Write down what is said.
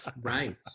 right